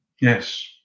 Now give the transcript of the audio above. Yes